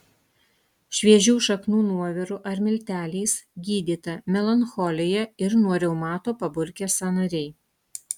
šviežių šaknų nuoviru ar milteliais gydyta melancholija ir nuo reumato paburkę sąnariai